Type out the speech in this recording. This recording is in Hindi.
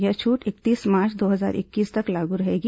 यह छूट इकतीस मार्च दो हजार इक्कीस तक लागू रहेगी